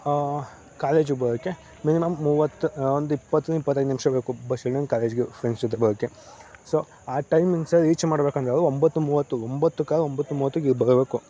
ಕಾಲೇಜಿಗೆ ಬರೋಕೆ ಮಿನಿಮಮ್ ಮೂವತ್ತು ಒಂದು ಇಪ್ಪತ್ರಿಂದ ಇಪ್ಪತ್ತೈದು ನಿಮಿಷ ಬೇಕು ಬಸ್ ಸ್ಟ್ಯಾಂಡಿಂದ ಕಾಲೇಜ್ಗೆ ಫ್ರೆಂಡ್ಸ್ ಜೊತೆ ಬರೋಕೆ ಸೊ ಆ ಟೈಮಿಂಗ್ಸ್ ರೀಚ್ ಮಾಡ್ಬೇಕೆಂದ್ರೆ ಅವರು ಒಂಬತ್ತು ಮೂವತ್ತು ಒಂಬತ್ತು ಕಾಲ್ ಒಂಬತ್ತು ಮೂವತ್ತಕ್ಕೆ ಇಲ್ಲಿ ಬರಬೇಕು